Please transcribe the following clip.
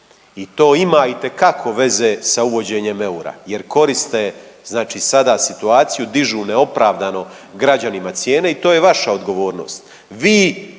i to ima itekako veze sa uvođenjem eura, jer koriste znači sada situaciju, dižu neopravdano građanima cijene i to je vaša odgovornost.